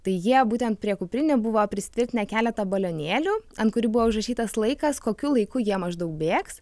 tai jie būtent prie kuprinių buvo prisitvirtinę keletą balionėlių ant kurių buvo užrašytas laikas kokiu laiku jie maždaug bėgs